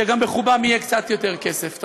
שגם בחובם יהיה קצת יותר כסף.